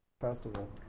festival